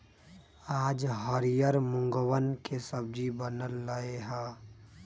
आज हरियर मूँगवन के सब्जी बन लय है